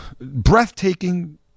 breathtaking